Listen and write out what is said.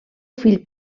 fill